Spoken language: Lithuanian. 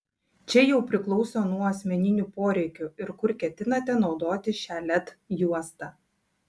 čia jau priklauso nuo asmeninių poreikių ir kur ketinate naudoti šią led juostą